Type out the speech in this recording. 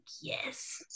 Yes